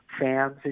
fans